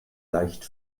leicht